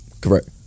Correct